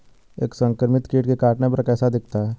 एक संक्रमित कीट के काटने पर कैसा दिखता है?